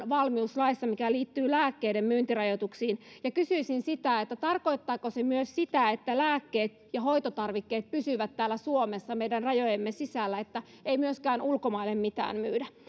valmiuslaissa mikä liittyy lääkkeiden myyntirajoituksiin ja kysyisin tarkoittaako se myös sitä että lääkkeet ja hoitotarvikkeet pysyvät täällä suomessa meidän rajojemme sisällä että ei myöskään ulkomaille mitään myydä